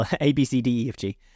A-B-C-D-E-F-G